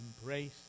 embrace